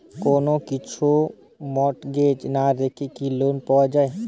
কোন কিছু মর্টগেজ না রেখে কি লোন পাওয়া য়ায়?